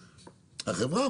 החברה,